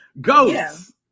goats